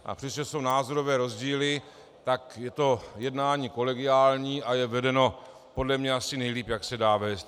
A přestože jsou názorové rozdíly, tak je jednání kolegiální a je vedeno podle mě asi nejlíp, jak se dá vést.